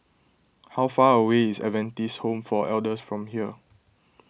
how far away is Adventist Home for Elders from here